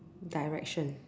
Direction